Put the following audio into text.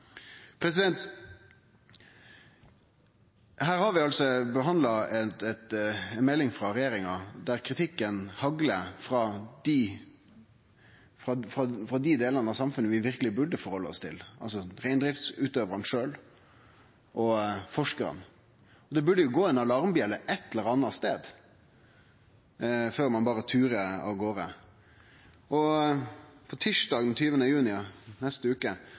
Her har vi altså behandla ei melding frå regjeringa der kritikken haglar frå dei delane av samfunnet vi verkeleg burde ta stilling til, altså reindriftsutøvarane sjølve og forskarane. Det burde jo gå ei alarmbjølle ein eller annan stad før ein berre turar av garde. Tysdag den 20. juni, neste